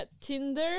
Tinder